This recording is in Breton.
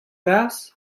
barzh